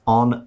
on